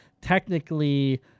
technically